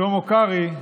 שלמה קרעי,